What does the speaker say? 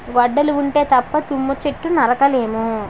గొడ్డలి ఉంటే తప్ప తుమ్మ చెట్టు నరక లేము